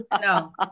No